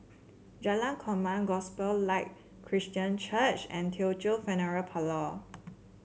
Jalan Korma Gospel Light Christian Church and Teochew Funeral Parlour